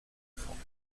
france